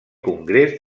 congrés